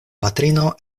patrino